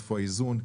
איפה האיזון.